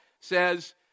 says